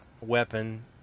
weapon